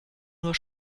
nur